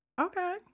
okay